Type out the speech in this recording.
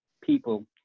people